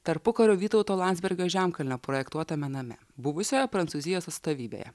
tarpukario vytauto landsbergio žemkalnio projektuotame name buvusioje prancūzijos atstovybėje